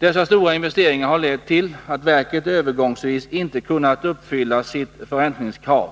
Dessa stora investeringar har lett till att verket övergångsvis inte kunnat uppfylla sitt förräntningskrav.